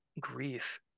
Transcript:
grief